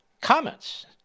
comments